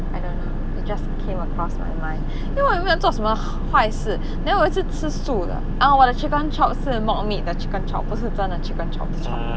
I don't know it just came across my mind 因为我又没有做什么坏事 then 我是吃素的 ah 我的 chicken chop 是 mock meat 的 chicken chop 不是真的 chicken chop 的 chop